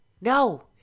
No